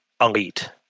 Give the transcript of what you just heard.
elite